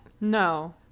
No